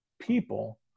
people